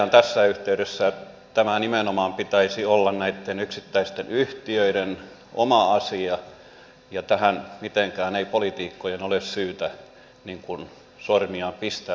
totean tässä yhteydessä että tämän nimenomaan pitäisi olla näitten yksittäisten yhtiöiden oma asia ja tähän mitenkään ei poliitikkojen ole syytä sormiaan pistää tässä vaiheessa